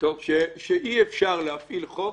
שאי אפשר להפעיל חוק,